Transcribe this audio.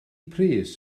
pris